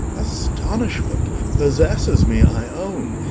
astonishment possesses me, i own,